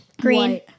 Green